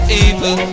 evil